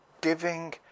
Giving